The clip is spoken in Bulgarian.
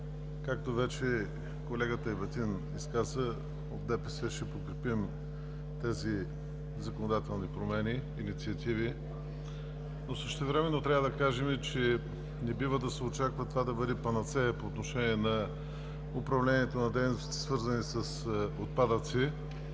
Както вече колегата Ебатин каза, от ДПС ще подкрепим тези законодателни инициативи и промени. Същевременно трябва да кажем, че не бива да се очаква това да бъде панацея по отношение на управлението на дейностите, свързани с отпадъци.